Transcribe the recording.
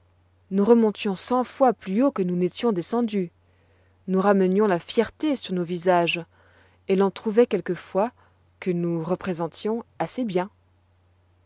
nous remontions cent fois plus haut que nous n'étions descendus nous ramenions la fierté sur notre visage et l'on trouvoit quelquefois que nous représentions assez bien